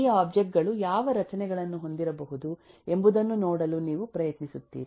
ಈ ಒಬ್ಜೆಕ್ಟ್ ಗಳು ಯಾವ ರಚನೆಗಳನ್ನು ಹೊಂದಿರಬಹುದು ಎಂಬುದನ್ನು ನೋಡಲು ನೀವು ಪ್ರಯತ್ನಿಸುತ್ತೀರಿ